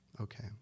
Okay